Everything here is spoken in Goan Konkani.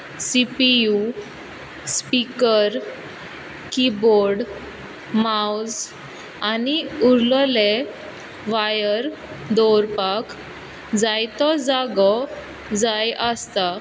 C P U speaker keyboard मावज आनी उरलोले व्हायर दवरपाक जायतो जागो जाय आसता